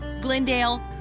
Glendale